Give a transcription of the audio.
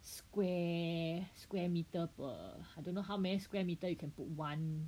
square square meter per I don't know how many square metre you can put one